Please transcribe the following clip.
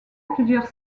plusieurs